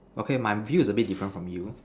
okay my view is a bit different from you